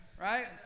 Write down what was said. Right